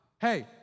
Hey